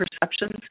perceptions